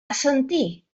assentir